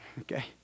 Okay